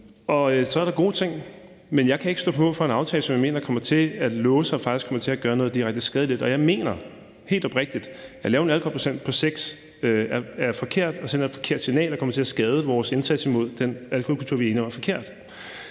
Så er der gode ting, men jeg kan ikke stå på mål for en aftale, som jeg mener kommer til at låse os og faktisk kommer til at gøre noget direkte skadeligt. Og jeg mener helt oprigtigt, at det at lave en alkoholprocent på 6 pct. er forkert og sender et forkert signal og kommer til at skade vores vores indsats imod den alkoholkultur, vi er enige om er forkert.